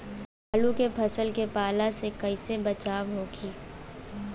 आलू के फसल के पाला से कइसे बचाव होखि?